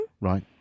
Right